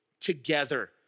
together